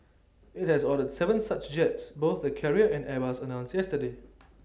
IT has ordered Seven such jets both the carrier and airbus announced yesterday